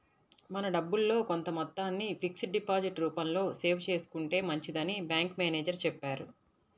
మన డబ్బుల్లో కొంత మొత్తాన్ని ఫిక్స్డ్ డిపాజిట్ రూపంలో సేవ్ చేసుకుంటే మంచిదని బ్యాంకు మేనేజరు చెప్పారు